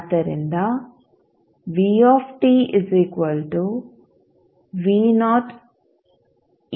ಆದ್ದರಿಂದ ಆಗಿದೆ